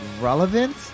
relevant